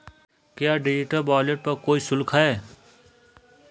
क्या digital wallet पर कोई शुल्क है?